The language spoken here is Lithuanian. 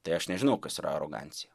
tai aš nežinau kas yra arogancija